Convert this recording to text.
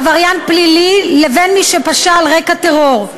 עבריין פלילי, לבין מי שפשע על רקע טרור.